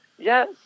Yes